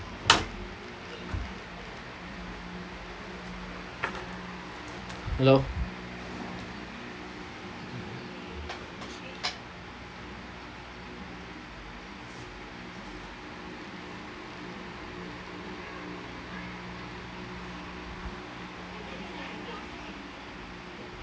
hello